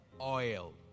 oil